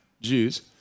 Jews